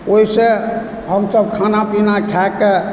ओहिसँ हमसभ खाना पीना खाके